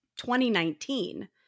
2019